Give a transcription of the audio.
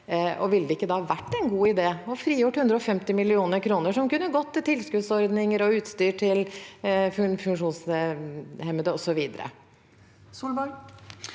Ville det ikke da vært en god idé å frigjøre 150 mill. kr, som kunne gått til tilskuddsordninger og utstyr til funksjonshemmede osv.?